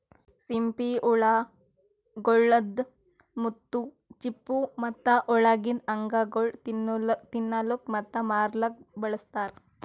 ಸಿಂಪಿ ಹುಳ ಗೊಳ್ದಾಂದ್ ಮುತ್ತು, ಚಿಪ್ಪು ಮತ್ತ ಒಳಗಿಂದ್ ಅಂಗಗೊಳ್ ತಿನ್ನಲುಕ್ ಮತ್ತ ಮಾರ್ಲೂಕ್ ಬಳಸ್ತಾರ್